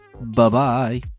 Bye-bye